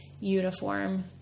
uniform